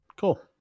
Cool